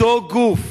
אותו גוף